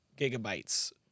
gigabytes